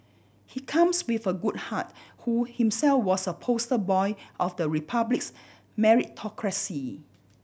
he comes with a good heart who himself was a poster boy of the Republic's meritocracy